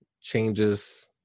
changes